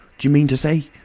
d'you mean to say?